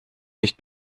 nicht